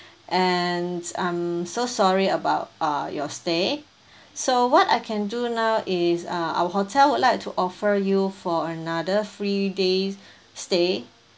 and I'm so sorry about uh your stay so what I can do now is uh our hotel would like to offer you for another free day stay